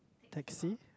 taxi